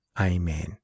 Amen